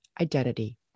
identity